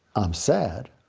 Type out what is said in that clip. i'm sad,